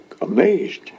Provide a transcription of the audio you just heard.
amazed